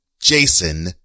Jason